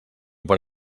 per